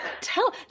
tell